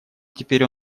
теперь